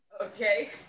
Okay